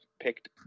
picked